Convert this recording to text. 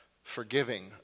forgiving